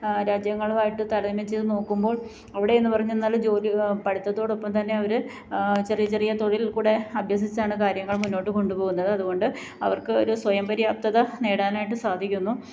രാജ്യങ്ങളുമായിട്ട് താരതമ്യം ചെയ്ത് നോക്കുമ്പോൾ അവിടെ എന്ന് പറഞ്ഞെന്നാല് ജോലി പഠിത്തത്തോടൊപ്പം തന്നെ അവര് ചെറിയ ചെറിയ തൊഴിൽ കൂടെ അഭ്യസിച്ചാണ് കാര്യങ്ങൾ മുന്നോട്ട് കൊണ്ടുപോകുന്നത് അതുകൊണ്ട് അവർക്ക് ഒരു സ്വയംപര്യാപ്തത നേടാനായിട്ട് സാധിക്കുന്നു